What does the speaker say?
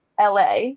LA